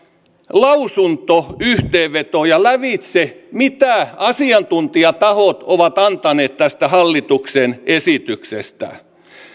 lausuntoyhteenvetoja lävitse mitä asiantuntijatahot ovat antaneet tästä hallituksen esityksestä